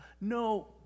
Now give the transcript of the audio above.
No